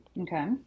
Okay